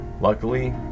Luckily